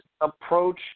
approach